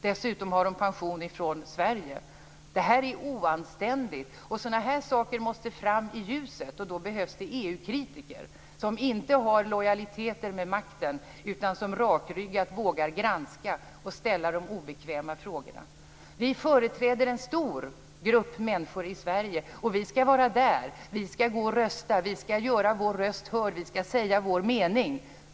Dessutom har de pension från Sverige. Det här är oanständigt. Sådana här saker måste fram i ljuset. Då behövs det EU-kritiker som inte har lojaliteten med makten, utan som rakryggat vågar granska och ställa de obekväma frågorna. Vi företräder en stor grupp människor i Sverige. Vi skall vara där. Vi skall gå och rösta. Vi skall göra vår röst hörd. Vi skall säga vår mening.